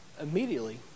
Immediately